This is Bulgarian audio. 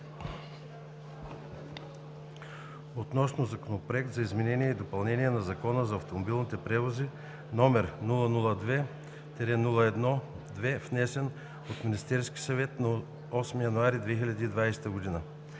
относно Законопроект за изменение и допълнение на Закона за автомобилните превози, № 002-01-2, внесен от Министерския съвет на 8 януари 2020 г.